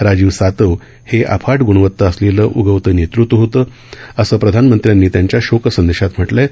राजीव सातव हे अफाट ग्णवता असलेलं उगवतं नेतृत्व होतं असं प्रधानमंत्र्यांनी त्यांच्या शोक संदेशात म्हटलं आहे